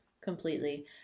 completely